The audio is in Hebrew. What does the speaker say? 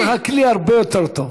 יש לך כלי הרבה יותר טוב,